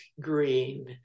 green